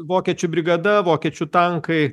vokiečių brigada vokiečių tankai